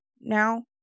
now